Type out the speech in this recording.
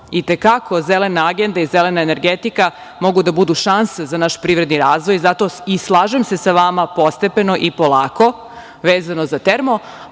i te kako Zelena agenda i zelena energetika mogu da budu šansa za naš privredni razvoj, zato i slažem se sa vama postepeno i polako vezano za termo,